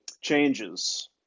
changes